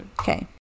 Okay